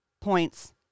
points